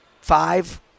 Five